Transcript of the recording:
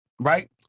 right